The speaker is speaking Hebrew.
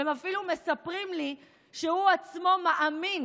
הם אפילו מספרים לי שהוא עצמו מאמין